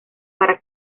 para